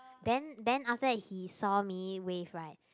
then then after that he saw me wave right